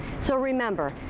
so, remember,